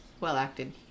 well-acted